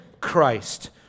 Christ